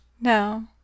No